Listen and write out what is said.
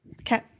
Okay